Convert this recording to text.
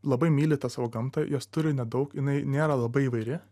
labai myli tą savo gamtą jos turi nedaug jinai nėra labai įvairi